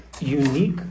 unique